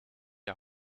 der